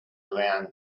around